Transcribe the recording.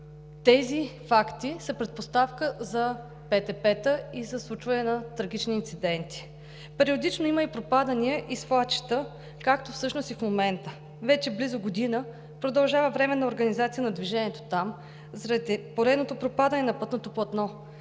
Тези факти са предпоставка за ПТП-та и за случване на трагични инциденти. Периодично има и пропадания, и свлачища, както всъщност и в момента. Близо година вече продължава временна организация на движението там заради поредното пропадане на пътното платно.